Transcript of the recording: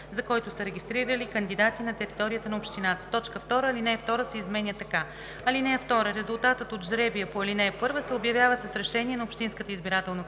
за който са регистрирали кандидати на територията на общината.“ 2. Алинея 2 се изменя така: „(2) Резултатът от жребия по ал. 1 се обявява с решение от общинската избирателна комисия